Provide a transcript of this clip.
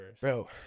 Bro